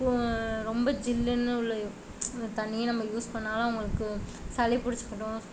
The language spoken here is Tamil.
ரொம்ப ஜில்லுனு உள்ள தண்ணியும் நம்ப யூஸ் பண்ணிணாலும் அவங்களுக்கு சளி பிடிச்சிக்கும்